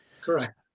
Correct